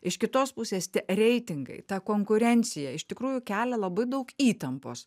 iš kitos pusės tie reitingai ta konkurencija iš tikrųjų kelia labai daug įtampos